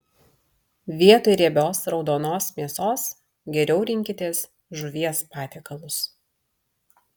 vietoj riebios raudonos mėsos geriau rinkitės žuvies patiekalus